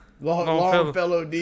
Longfellow